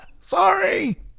Sorry